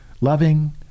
loving